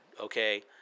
okay